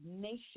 nation